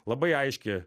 labai aiški